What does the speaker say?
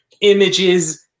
images